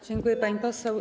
Dziękuję, pani poseł.